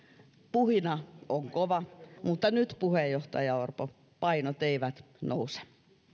puhina on kova mutta nyt puheenjohtaja orpo painot eivät nouse